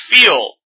feel